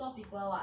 you saw people [what]